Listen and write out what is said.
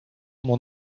mon